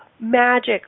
magic